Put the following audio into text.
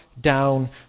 down